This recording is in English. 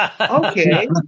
okay